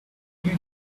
you